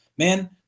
Man